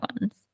ones